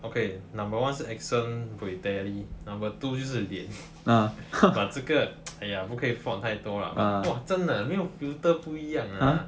okay number one 是 accent buay tally number two 就是脸 but 这个 !aiya! 不可以 fault 太多 lah !wah! 真的没有 filter 不一样 lah